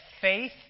faith